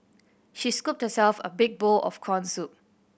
she scooped herself a big bowl of corn soup